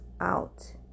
out